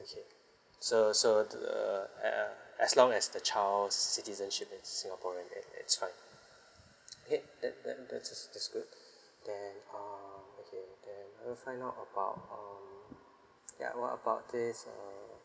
okay so so the err as long as the child citizenship is singaporean it it's fine okay that that that's uh that's good then um okay then I want to find out about um ya well about this um